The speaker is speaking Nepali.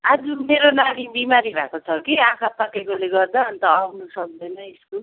आज मेरो नानी बिमारी भएको छ कि आँखा पाकेकोले गर्दा अन्त आउन सक्दैन स्कुल